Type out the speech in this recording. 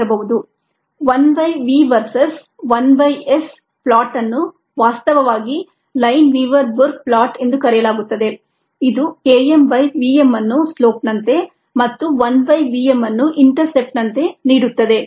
1 by v versus 1 by S plot ಅನ್ನು ವಾಸ್ತವವಾಗಿ Lineweaver Burk plot ಎಂದು ಕರೆಯಲಾಗುತ್ತದೆ ಇದು K m by v m ಅನ್ನು ಸ್ಲೋಪ್ ನಂತೆ ಮತ್ತು 1 by v m ಅನ್ನು ಇಂಟರ್ಸೆಪ್ಟ್ ನಂತೆ ನೀಡುತ್ತದೆ